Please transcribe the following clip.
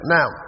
Now